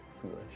Foolish